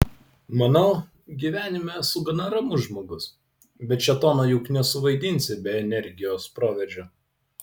manau gyvenime esu gana ramus žmogus bet šėtono juk nesuvaidinsi be energijos proveržio